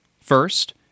First